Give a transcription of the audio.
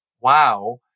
Wow